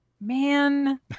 man